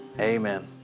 Amen